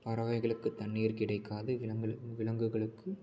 பறவைகளுக்கு தண்ணி கிடைக்காது விலங்குகள் விலங்குகளுக்கு